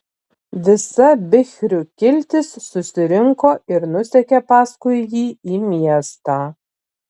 visa bichrių kiltis susirinko ir nusekė paskui jį į miestą